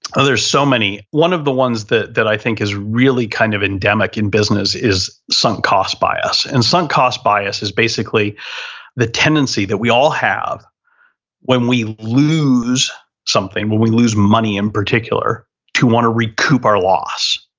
ah there're so many. one of the ones that that i think is really kind of endemic in business is sunk cost bias. and sunk cost bias is basically the tendency that we all have when we lose something, when we lose money in particular to want to recoup our loss.